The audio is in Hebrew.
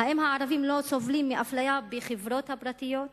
האם הערבים לא סובלים מאפליה בחברות הפרטיות?